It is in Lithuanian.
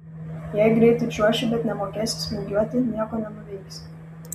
jei greitai čiuoši bet nemokėsi smūgiuoti nieko nenuveiksi